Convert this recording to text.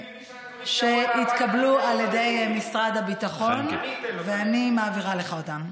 אז תגידי למי שנתן לך את הנתונים שיבוא אליי הביתה ואני אתן להם את